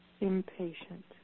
impatient